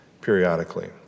periodically